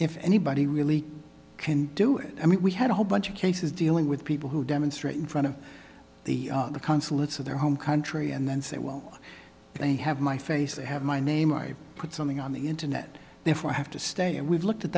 if anybody really can do it i mean we had a whole bunch of cases dealing with people who demonstrate in front of the consulates of their home country and then say well they have my face they have my name put something on the internet therefore i have to stay and we've looked at